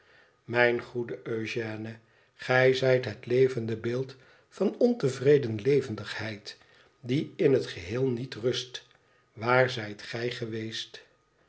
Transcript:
mijn goede eugène gij zijt het levende beeld van ontevreden levendigheid die in het geheel niet rust waar zijt gij geweest